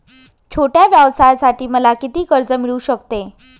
छोट्या व्यवसायासाठी मला किती कर्ज मिळू शकते?